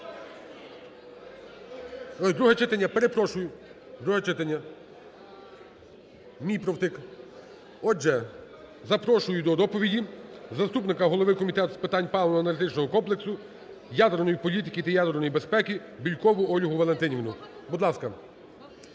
Друге читання, перепрошую. Друге читання. Мій провтик. Отже, запрошую до доповіді заступника голови Комітету з питань паливно-енергетичного комплексу ядерної політики та ядерної безпеки Бєлькову Ольгу Валентинівну. Будь ласка.